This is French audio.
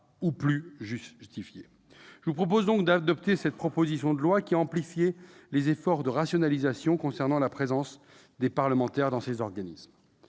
les autres. Je vous invite donc à adopter cette proposition de loi, qui amplifie les efforts de rationalisation en ce qui concerne la présence des parlementaires dans ces organismes.